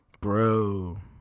Bro